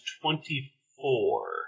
twenty-four